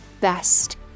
best